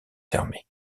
fermé